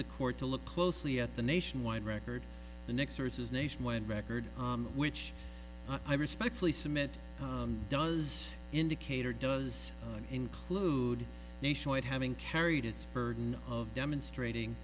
the court to look closely at the nationwide record the next sources nationwide record which i respectfully submit does indicate or does not include nationwide having carried its burden of demonstrating